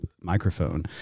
microphone